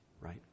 right